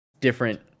Different